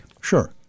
Sure